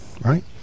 right